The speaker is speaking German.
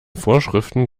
vorschriften